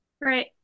Right